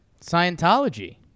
Scientology